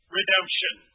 redemption